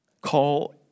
Call